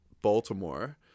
Baltimore